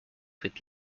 with